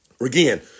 Again